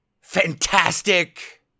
Fantastic